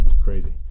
crazy